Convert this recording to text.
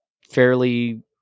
fairly